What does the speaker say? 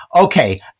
okay